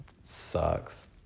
Sucks